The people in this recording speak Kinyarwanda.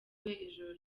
ijoro